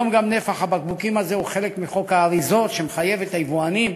היום נפח הבקבוקים הזה הוא חלק מחוק האריזות שמחייב את היבואנים,